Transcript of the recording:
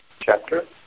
chapter